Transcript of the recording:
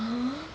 !huh!